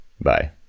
Bye